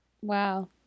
Wow